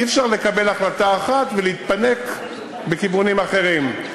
אי-אפשר לקבל החלטה אחת ולהתפנק בכיוונים אחרים.